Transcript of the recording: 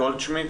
שלום לכולם.